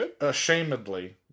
ashamedly